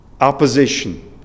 opposition